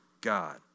God